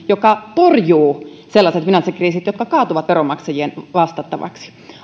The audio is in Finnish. joka torjuu sellaiset finanssikriisit jotka kaatuvat veronmaksajien vastattavaksi